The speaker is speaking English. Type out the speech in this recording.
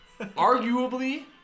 arguably